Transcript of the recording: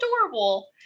adorable